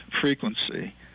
frequency